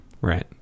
Right